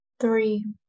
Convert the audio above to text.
Three